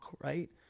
right